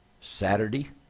Saturday